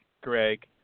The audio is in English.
Greg